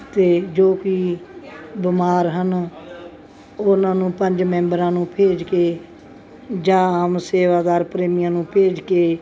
ਅਤੇ ਜੋ ਕਿ ਬਿਮਾਰ ਹਨ ਉਹਨਾਂ ਨੂੰ ਪੰਜ ਮੈਂਬਰਾਂ ਨੂੰ ਭੇਜ ਕੇ ਜਾਂ ਆਮ ਸੇਵਾਦਾਰ ਪ੍ਰੇਮੀਆਂ ਨੂੰ ਭੇਜ ਕੇ